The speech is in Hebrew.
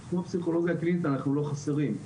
בתחום הפסיכולוגיה הקלינית אנחנו לא חסרים.